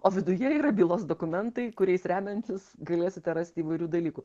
o viduje yra bylos dokumentai kuriais remiantis galėsite rasti įvairių dalykų